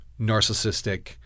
narcissistic